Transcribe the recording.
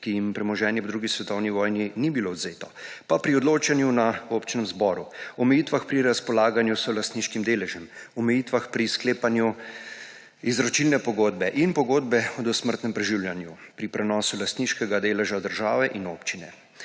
ki jim premoženje po drugi svetovni vojni ni bilo odvzeto, pa pri odločanju na občnem zboru, omejitvah pri razpolaganju s solastniškim deležem, omejitvah pri sklepanju izročilne pogodbe in pogodbe o dosmrtnem preživljanju, pri prenosu lastniškega deleža države in občine,